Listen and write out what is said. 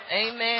Amen